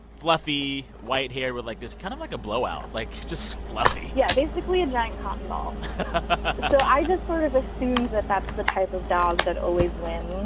fluffy, white hair with, like, this kind of like a blowout like, just fluffy yeah, basically, a giant cotton ball so i just sort of assumed that that's the type of dog that always wins.